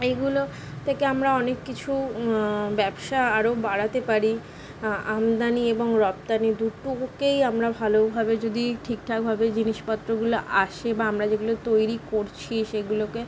এইগুলো থেকে আমরা অনেক কিছু ব্যবসা আরো বাড়াতে পারি আমদানি এবং রপ্তানি দুটোকেই আমরা ভালোভাবে যদি ঠিকঠাকভাবে জিনিসপত্রগুলো আসে বা আমরা যেগুলো তৈরি করছি সেগুলোকে